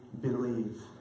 believe